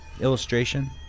illustration